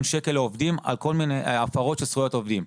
שקל לעובדים על כל מיני הפרות של זכויות עובדים.